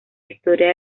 historia